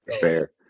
Fair